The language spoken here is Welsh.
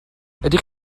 ydych